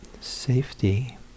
safety